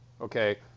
Okay